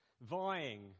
vying